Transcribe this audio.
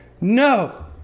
No